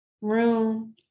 room